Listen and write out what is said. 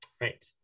Right